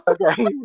Okay